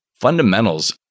fundamentals